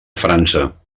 frança